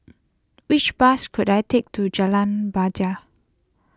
which bus could I take to Jalan bajia